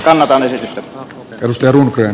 kanadalaisesta ravistelunkö